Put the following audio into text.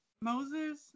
Moses